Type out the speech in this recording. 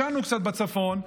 ישנו קצת בצפון,